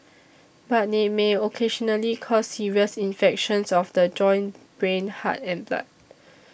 but they may occasionally cause serious infections of the joints brain heart and blood